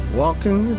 walking